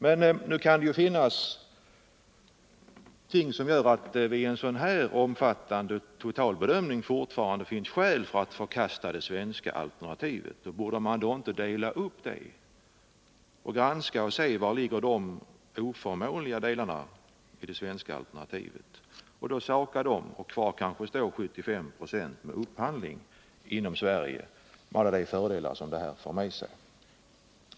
Kanske kan det vid en sådan totalbedömning kvarstå skäl för att förkasta det svenska alternativet. Borde man inte då dela upp det och se efter var de oförmånliga delarna i det svenska alternativet ligger? Då kan man saka dem, och kvar står kanske 75 70 av upphandlingen inom Sverige, med alla fördelar som det för med sig.